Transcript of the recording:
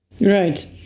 Right